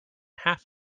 half